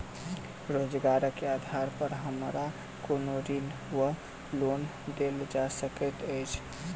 रोजगारक आधार पर हमरा कोनो ऋण वा लोन देल जा सकैत अछि?